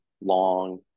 long